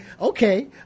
okay